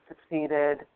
succeeded